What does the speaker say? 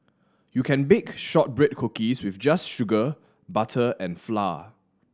you can bake shortbread cookies with just sugar butter and flour